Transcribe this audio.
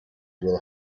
will